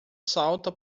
salta